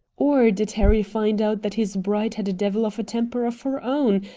or did harry find out that his bride had a devil of a temper of her own,